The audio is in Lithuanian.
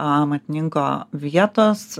amatininko vietos